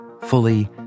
fully